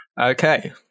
Okay